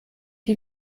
die